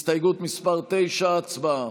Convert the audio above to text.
הסתייגות מס' 9. הצבעה.